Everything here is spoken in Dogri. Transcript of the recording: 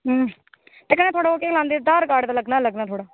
ते कन्नै ओह् केह् गलांदे आधार कार्ड ते लग्गना गै लग्गना थुआढ़ा